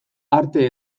arte